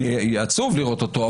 אני אהיה עצוב לראות אותו,